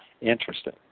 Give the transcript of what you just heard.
Interesting